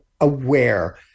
aware